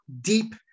deep